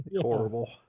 Horrible